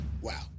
wow